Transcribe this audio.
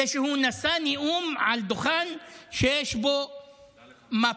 זה שהוא נשא נאום על דוכן שיש בו מפה